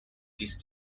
these